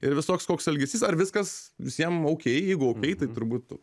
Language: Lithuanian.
ir visoks koks elgesys ar viskas visiem oukei jeigu oukei tai turbūt